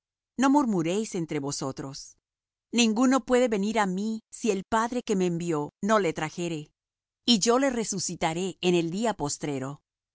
no murmuréis entre vosotros ninguno puede venir á mí si el padre que me envió no le trajere y yo le resucitaré en el día postrero